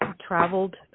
traveled